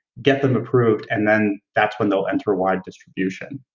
get them approved, and then that's when they'll enter wide distribution.